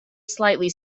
slightly